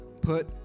put